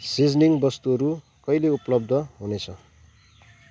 seasoning वस्तुहरू कहिले उपलब्ध हुनेछ